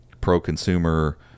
pro-consumer